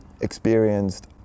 experienced